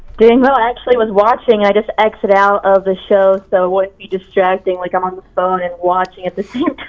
doing well, i actually was watching. i just exited out of the show so it wouldn't be distracting, like i'm on the phone and watching at the same